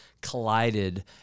collided